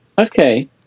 Okay